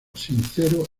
sincero